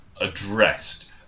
addressed